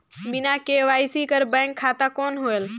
बिना के.वाई.सी कर बैंक खाता कौन होएल?